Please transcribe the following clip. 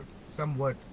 somewhat